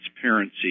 transparency